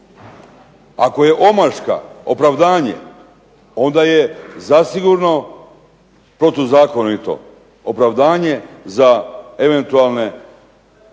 Ako je omaška opravdanje onda je zasigurno protuzakonito opravdanje za eventualne